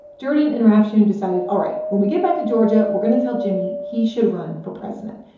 jordan and rafshoon decided, all right. when we get back to georgia, we're going to tell jimmy he should run for president.